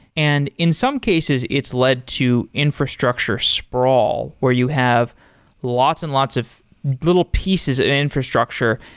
and in some cases it's led to infrastructure sprawl, where you have lots and lots of little pieces of infrastructure,